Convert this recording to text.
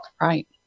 Right